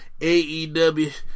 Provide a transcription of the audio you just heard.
AEW